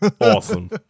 Awesome